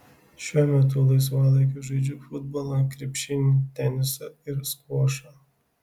šiuo metu laisvalaikiu žaidžiu futbolą krepšinį tenisą ir skvošą